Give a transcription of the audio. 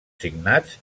signats